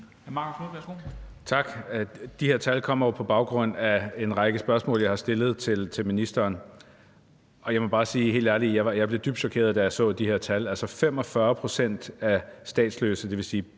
Tak. De her tal kommer jo på baggrund af en række spørgsmål, jeg har stillet til ministeren. Jeg må bare helt ærligt sige, at jeg blev dybt chokeret, da jeg så de her tal. Altså, 45 pct. af statsløse, det vil oftest